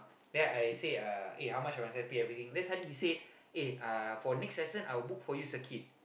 then I say uh eh how much must I pay everything then suddenly he say eh uh for next lesson I will book for you circuit